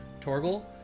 Torgel